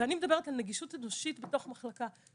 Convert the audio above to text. ואני מדברת על נגישות אנושית בתוך המחלקה.